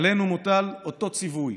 עלינו מוטל אותו ציווי